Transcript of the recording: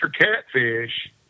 Catfish